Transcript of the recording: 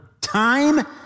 time